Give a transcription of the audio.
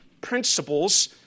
principles